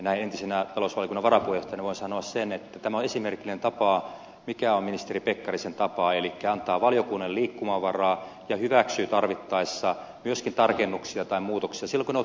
näin entisenä talousvaliokunnan varapuheenjohtajana voin sanoa sen että tämä ministeri pekkarisen tapa on esimerkillinen tapa elikkä antaa valiokunnalle liikkumavaraa ja hyväksyä tarvittaessa myöskin tarkennuksia tai muutoksia silloin kun ne ovat perusteluita